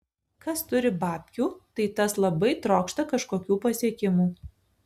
kas turi babkių tai tas labai trokšta kažkokių pasiekimų